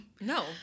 No